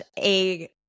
a-